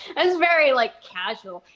it was very, like, casual.